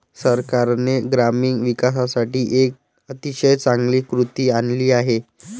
सरकारने ग्रामीण विकासासाठी एक अतिशय चांगली कृती आणली आहे